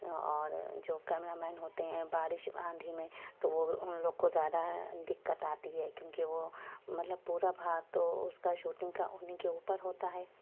اور جو کیمرامین ہوتے ہیں بارش آندھی میں تو وہ ان لوگ کو زیادہ دقت آتی ہے کیوں کہ وہ مطلب پورا بھار تو اس کا شوٹنگ کا انہیں کے اوپر ہوتا ہے